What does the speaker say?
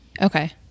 Okay